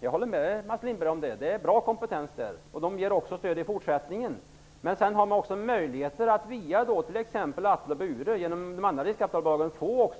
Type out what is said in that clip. Jag håller med Mats Lindberg om att det finns bra kompetens inom Industrifonden. Man ger också stöd i fortsättningen. Men det finns också möjligheter att via t.ex. Atle och Bure eller genom de andra riskkapitalbolagen få